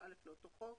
35א לאותו חוק.